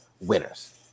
winners